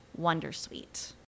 wondersuite